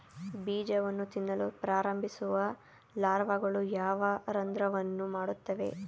ಬೀಜವನ್ನು ತಿನ್ನಲು ಪ್ರಾರಂಭಿಸುವ ಲಾರ್ವಾಗಳು ಯಾವ ರಂಧ್ರವನ್ನು ಮಾಡುತ್ತವೆ?